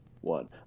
one